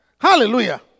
Hallelujah